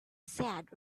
said